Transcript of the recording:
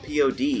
POD